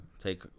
take